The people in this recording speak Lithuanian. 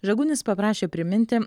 žagunis paprašė priminti